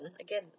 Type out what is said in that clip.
Again